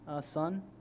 son